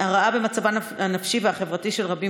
הרעה במצבם הנפשי והחברתי של רבים